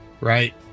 right